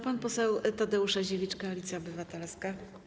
Pan poseł Tadeusz Aziewicz, Koalicja Obywatelska.